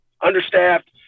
understaffed